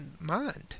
mind